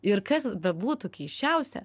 ir kas bebūtų keisčiausia